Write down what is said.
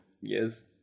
yes